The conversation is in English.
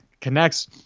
connects